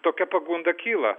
tokia pagunda kyla